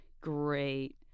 great